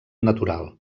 natural